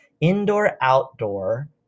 indoor-outdoor